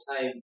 time